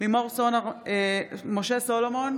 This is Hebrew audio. משה סולומון,